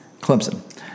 Clemson